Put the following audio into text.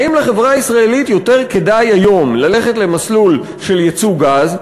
האם לחברה הישראלית יותר כדאי היום ללכת למסלול של ייצוא גז,